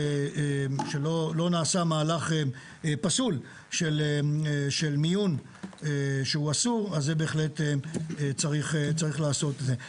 שלא נעשה מהלך פסול של מיון שהוא אסור - אז זה בהחלט צריך לעשות את זה.